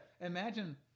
imagine